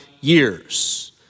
years